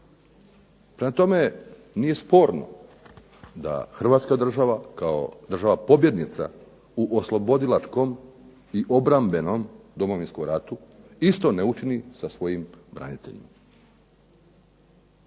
Prema tome nije sporno da Hrvatska država kao država pobjednica u oslobodilačkom i obrambenom Domovinskom ratu isto ne učini sa svojim braniteljima.